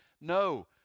No